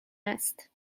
است